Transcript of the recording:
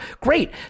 great